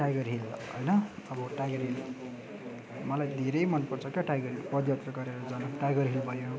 tiger Hill होइन अब टाइगर हिल मलाई धेरै मनपर्छ क्या टाइगर हिल पदयात्रा गरेर जान टाइगर हिल भयो